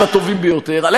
את הטובים ביותר, יריב.